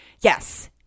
yes